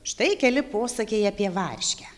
štai keli posakiai apie varškę